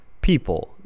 people